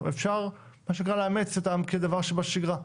אפשר לאמץ אותם כדבר שבשגרה.